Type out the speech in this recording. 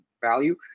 value